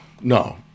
no